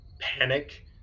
panic